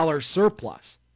surplus